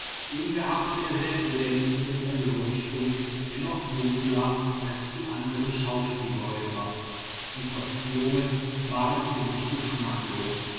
ungeachtet der sehr glänzenden erleuchtung dennoch dunkler als die anderen schauspielhäuser die verzierungen waren ziemlich geschmacklos